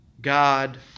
God